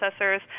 processors